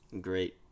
Great